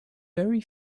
very